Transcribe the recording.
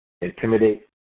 intimidate